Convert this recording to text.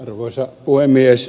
arvoisa puhemies